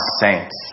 saints